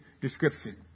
description